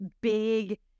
big